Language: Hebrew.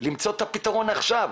למצוא את הפתרון עכשיו.